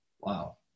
Wow